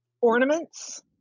ornaments